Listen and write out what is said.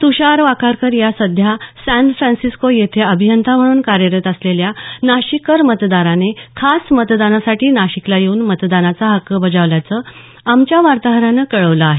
तुषार वाखारकर या सध्या San Francisco येथे अभियंता म्हणून कार्यरत असलेल्या नाशिककर मतदाराने खास मतदानासाठी नाशिकला येऊन मतदानाचा हक्क बजावल्याचं आमच्या वार्ताहरानं कळवलं आहे